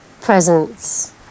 Presence